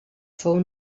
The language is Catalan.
fou